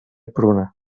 pruna